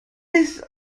these